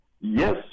yes